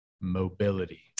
Mobility